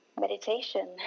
meditation